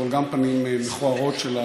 אבל גם פנים מכוערות שלה,